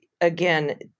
again